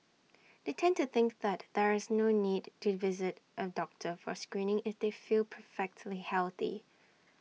they tend to think that there is no need to visit A doctor for screening if they feel perfectly healthy